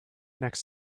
next